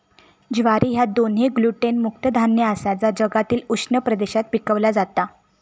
ज्वारी ह्या दोन्ही ग्लुटेन मुक्त धान्य आसा जा जगातील उष्ण प्रदेशात पिकवला जाता